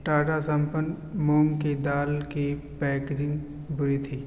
ٹاٹا سمپن مونگ کی دال کی پیکیجنگ بری تھی